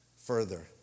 further